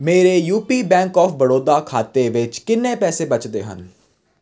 ਮੇਰੇ UP bank of Baroda ਖਾਤੇ ਵਿੱਚ ਕਿੰਨੇ ਪੈਸੇ ਬਚਦੇ ਹਨ